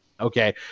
okay